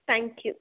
thank you